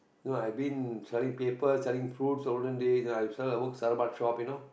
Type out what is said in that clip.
know I've been selling paper selling fruits olden days I've work Starbuck shop you know